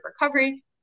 recovery